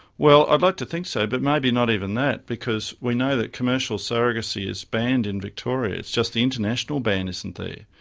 well, i'd like to think so, but maybe not even that, because we know that commercial surrogacy is banned in victoria, it's just the international ban isn't there.